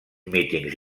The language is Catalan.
mítings